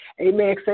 amen